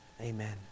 Amen